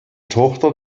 tochter